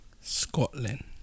Scotland